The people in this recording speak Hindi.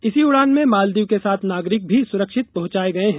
इसी उड़ान में मालदीव के सात नागरिक भी सुरक्षित पहुंचाये गए हैं